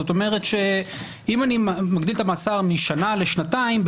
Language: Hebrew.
זאת אומרת שאם אני מגדיל את המאסר לשנה לשנתיים,